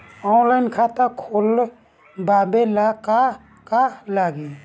Online खाता खोलबाबे ला का का लागि?